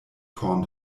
korn